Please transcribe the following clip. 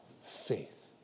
faith